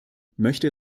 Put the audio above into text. möchte